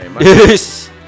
Yes